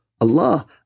Allah